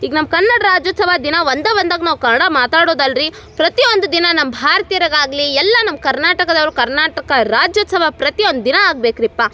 ಈಗ ನಮ್ಮ ಕನ್ನಡ ರಾಜ್ಯೋತ್ಸವದ ದಿನ ಒಂದೇ ಒಂದಾಗಿ ನಾವು ಕನ್ನಡ ಮಾತಾಡೋದಲ್ಲ ರೀ ಪ್ರತಿಯೊಂದು ದಿನ ನಮ್ಮ ಭಾರ್ತೀಯರಿಗಾಗ್ಲಿ ಎಲ್ಲ ನಮ್ಮ ಕರ್ನಾಟಕದವ್ರು ಕರ್ನಾಟಕ ರಾಜ್ಯೋತ್ಸವ ಪ್ರತಿಯೊಂದು ದಿನ ಆಗ್ಬೇಕು ರೀ ಪಾ